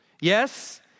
Yes